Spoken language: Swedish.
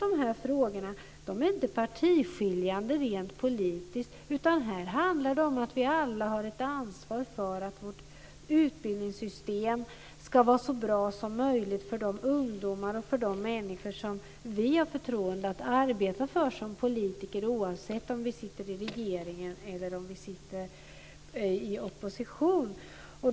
Dessa frågor är inte politiskt partiskiljande, utan här handlar det om att vi alla har ett ansvar för att vårt utbildningssystem ska vara så bra så möjligt för de ungdomar och de människor som vi har förtroende att arbeta för som politiker, oavsett om vi sitter i regeringen eller om vi befinner oss i opposition.